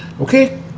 Okay